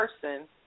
person